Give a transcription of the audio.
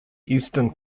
eastern